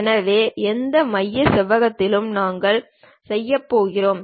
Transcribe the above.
எனவே அந்த மைய செவ்வகத்திலும் நாங்கள் செய்யப்படுகிறோம்